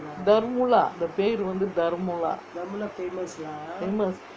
தர்முலா அந்த பேரு வந்து தர்முலா:tharmula antha peru vanthu tharmula famous